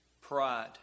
pride